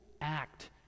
act